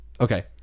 Okay